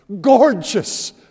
gorgeous